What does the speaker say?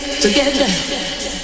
together